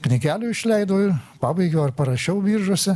knygelių išleidau ir pabaigiau ar parašiau biržuose